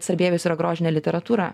sarbievijus yra grožinė literatūra